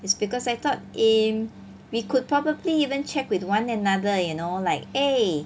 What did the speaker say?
is because I thought eh we could probably even check with one another you know like eh